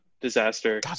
Disaster